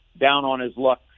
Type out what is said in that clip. down-on-his-luck